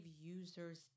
users